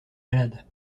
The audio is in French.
malade